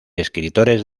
escritores